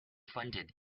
funded